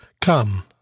Come